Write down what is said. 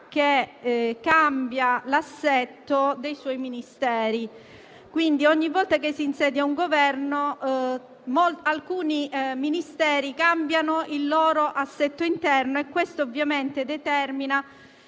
che cambia l'assetto dei suoi Ministeri. Ogni volta che si insedia un Governo, alcuni Ministeri cambiano il proprio assetto interno e questo ovviamente determina